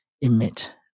emit